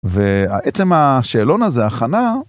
ועצם השאלון הזה הכנה.